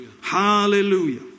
hallelujah